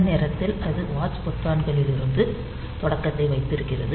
இந்த நேரத்தில் அது வாட்ச் பொத்தான்களிலிருந்து தொடக்கத்தை வைத்திருக்கிறது